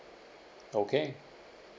okay